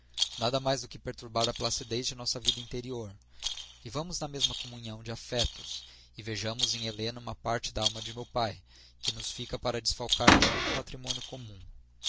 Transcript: nada mais do que perturbar a placidez da nossa vida interior vivamos na mesma comunhão de afetos e vejamos em helena uma parte da alma de meu pai que nos fica para não desfalcar de todo o patrimônio comum